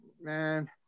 man